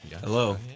Hello